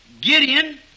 Gideon